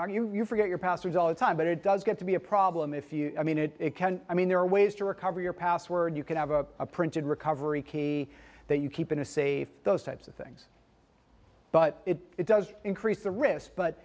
know you're forget your passwords all the time but it does get to be a problem if you i mean it can i mean there are ways to recover your password you can have a printed recovery key that you keep in a safe those types of things but it does increase the risk but